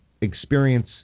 experience